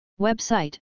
Website